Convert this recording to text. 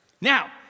Now